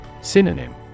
Synonym